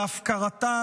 בהפקרתה